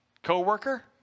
Coworker